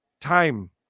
time